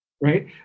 right